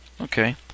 Okay